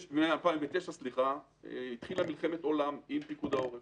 מ-2009 התחילה מלחמת עולם עם פיקוד העורף,